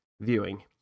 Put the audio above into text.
viewing